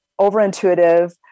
overintuitive